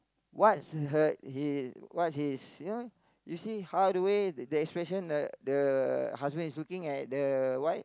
what's her his what's his you know you see how the way the expression the the husband is looking at the wife